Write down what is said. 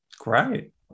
Great